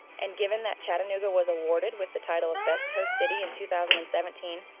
and given that chattanooga was awarded with the title of best host city in two thousand and seventeen,